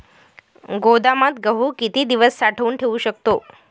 गोदामात गहू किती दिवस साठवून ठेवू शकतो?